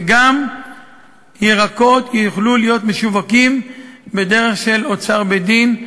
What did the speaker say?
וגם ירקות יוכלו להיות משווקים בדרך של אוצר בית-דין,